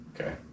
Okay